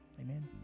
Amen